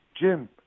Jim